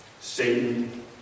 Satan